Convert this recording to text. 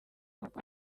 uko